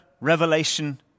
revelation